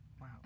Wow